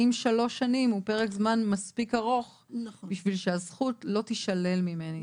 האם שלוש שנים זה פרק זמן מספיק ארוך בשביל שהזכות לא תישלל ממני,